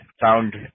found